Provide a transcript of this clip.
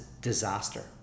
disaster